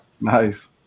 Nice